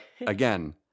again